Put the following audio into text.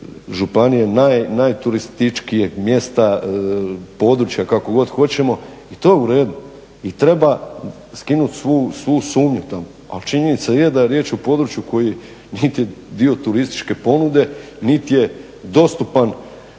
županije, najturističkijeg mjesta, područja, kako god hoćemo. I to je u redu. I treba skinut svu sumnju tamo, ali činjenica je da je riječ o području koji niti je dio turističke ponude niti je dostupan